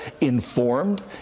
informed